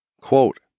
quote